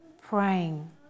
praying